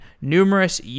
numerous